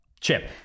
Chip